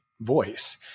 voice